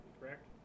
correct